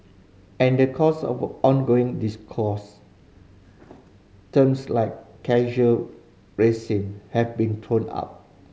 and in the course of ongoing discourse terms like casual racism have been thrown up